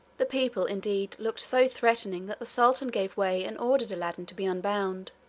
the people, indeed, looked so threatening that the sultan gave way and ordered aladdin to be unbound,